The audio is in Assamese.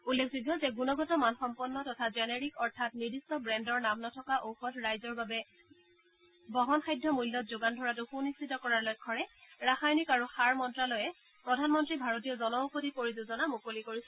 উল্লেখযোগ্য যে গুণগত মান সম্পন্ন তথা জেনেৰিক অৰ্থাৎ নিৰ্দিষ্ট ব্ৰেণ্ডৰ নাম নথকা ঔষধ ৰাইজৰ বাবে বহন সাধ্য মূল্যত যোগান ধৰাতো সুনিশ্চিত কৰাৰ লক্ষ্যৰে ৰাসায়নিক আৰু সাৰ মন্ত্ৰ্যালয়ে প্ৰধানমন্ত্ৰী ভাৰতীয় জনঔষধি পৰিযোজনা মুকলি কৰিছিল